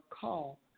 call